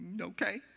Okay